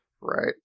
Right